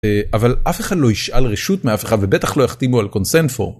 אבל אף אחד לא ישאל רשות מאף אחד ובטח לא יחתימו על קונסנפור.